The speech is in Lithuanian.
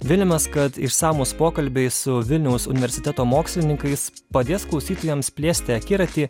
viliamės kad išsamūs pokalbiai su vilniaus universiteto mokslininkais padės klausytojams plėsti akiratį